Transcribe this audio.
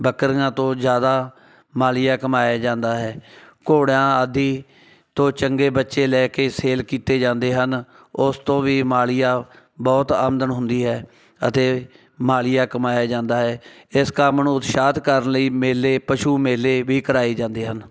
ਬੱਕਰੀਆਂ ਤੋਂ ਜ਼ਿਆਦਾ ਮਾਲੀਆ ਕਮਾਇਆ ਜਾਂਦਾ ਹੈ ਘੋੜਿਆਂ ਆਦਿ ਤੋਂ ਚੰਗੇ ਬੱਚੇ ਲੈ ਕੇ ਸੇਲ ਕੀਤੇ ਜਾਂਦੇ ਹਨ ਉਸ ਤੋਂ ਵੀ ਮਾਲੀਆ ਬਹੁਤ ਆਮਦਨ ਹੁੰਦੀ ਹੈ ਅਤੇ ਮਾਲੀਆ ਕਮਾਇਆ ਜਾਂਦਾ ਹੈ ਇਸ ਕੰਮ ਨੂੰ ਉਤਸ਼ਾਹਿਤ ਕਰਨ ਲਈ ਮੇਲੇ ਪਸ਼ੂ ਮੇਲੇ ਵੀ ਕਰਾਏ ਜਾਂਦੇ ਹਨ